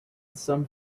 some